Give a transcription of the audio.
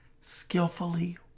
skillfully